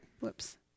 Whoops